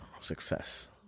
success